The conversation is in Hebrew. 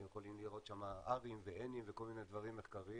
אתם יכולים לראות R, N, וכל מיני דברים מחקריים